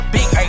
Big